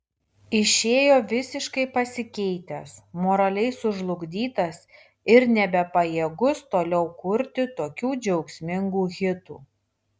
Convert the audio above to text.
išėjo visiškai pasikeitęs moraliai sužlugdytas ir nebepajėgus toliau kurti tokių džiaugsmingų hitų